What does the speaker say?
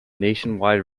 nationwide